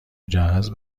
مجهز